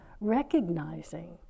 recognizing